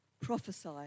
prophesy